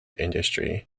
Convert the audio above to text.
industry